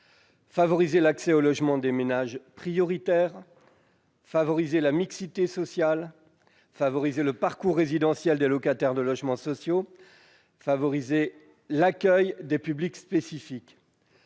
favoriser l'accès au logement des ménages prioritaires, favoriser la mixité sociale, favoriser le parcours résidentiel des locataires de logements sociaux, et favoriser l'accueil des publics spécifiques.